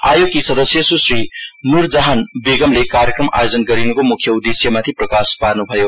आयोगकी सदस्य सुश्री नुरजाहान वेगमले कार्यक्रम आयोजन गरिनुको मुख्य उद्देश्यमाथि प्रकाश पार्नुभयो